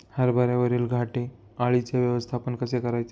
हरभऱ्यावरील घाटे अळीचे व्यवस्थापन कसे करायचे?